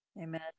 Amen